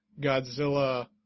Godzilla